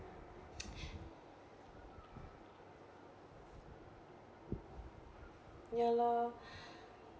ya lor